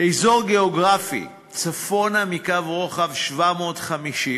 אזור גיאוגרפי: צפונה מקו רוחב 750,